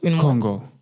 Congo